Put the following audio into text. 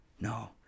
No